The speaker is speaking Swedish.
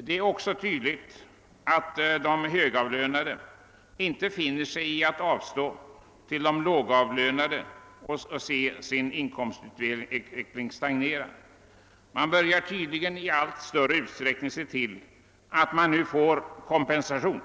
Det är också tydligt att de högavlönade inte finner sig i att avstå något till de lågavlönade och låta sin inkomstutveckling stagnera. Man börjar i allt större utsträckning se till att man nu får kompensation.